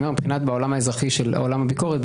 מבחינת העולם האזרחי של עולם הביקורת,